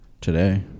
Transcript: today